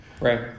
Right